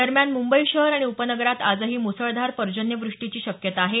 दरम्यान मुंबई शहर आणि उपनगरात आजही मुसळधार पर्जन्यवृष्टीची शक्यता आहे